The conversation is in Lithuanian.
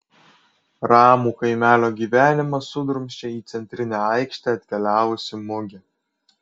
ramų kaimelio gyvenimą sudrumsčia į centrinę aikštę atkeliavusi mugė